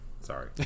Sorry